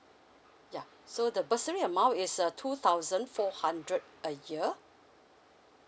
yeah so the bursary amount is uh two thousand four hundred a year